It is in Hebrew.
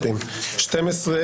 אושרה נפל.